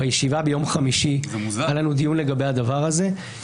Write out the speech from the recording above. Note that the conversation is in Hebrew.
בישיבה ביום חמישי היה לנו דיון לגבי הדבר הזה,